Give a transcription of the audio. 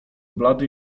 blady